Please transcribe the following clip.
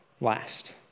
last